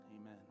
Amen